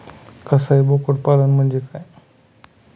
कसाई बोकड पालन म्हणजे काय?